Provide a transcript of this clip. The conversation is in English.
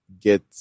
get